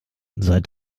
seit